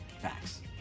Facts